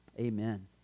Amen